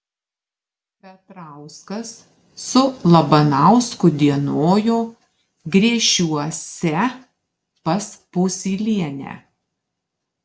petrauskas su labanausku dienojo griešiuose pas vosylienę